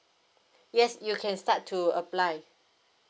yes you can start to apply